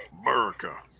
America